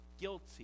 guilty